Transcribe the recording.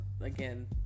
again